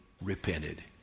repented